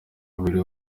umubiri